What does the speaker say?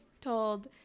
told